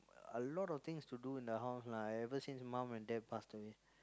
a lot of things to do in the house lah ever since mum and dad passed away